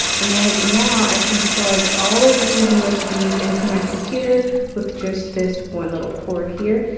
and then now i can plug all of these usbs into my computer with just this one little cord here.